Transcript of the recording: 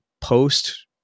post